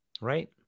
right